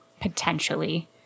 potentially